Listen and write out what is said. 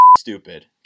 stupid